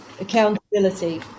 accountability